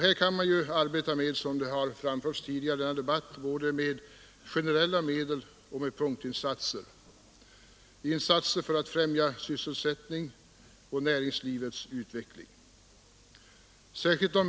Här kan man, som framförts tidigare i denna debatt, arbeta med både generella insatser och punktinsatser för att främja näringslivets utveckling.